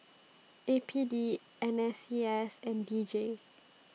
A P D N S C S and D J